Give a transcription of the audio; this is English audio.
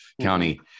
County